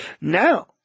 now